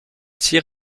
tirs